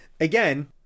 again